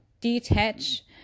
detach